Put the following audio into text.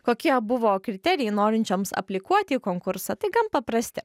kokie buvo kriterijai norinčioms aplikuoti į konkursą tai gan paprasti